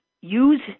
use